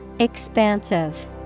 Expansive